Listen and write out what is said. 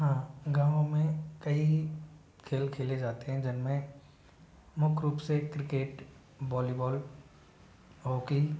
हाँ गाँव में कई खेल खेले जाते हैं जिनमें मुख्य रूप से क्रिकेट बॉलीबॉल होकी